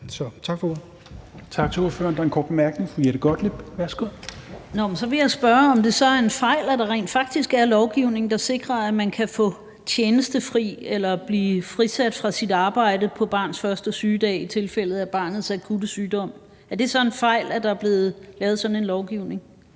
Tak for ordet.